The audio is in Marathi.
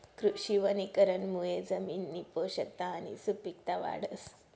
कृषी वनीकरणमुये जमिननी पोषकता आणि सुपिकता वाढस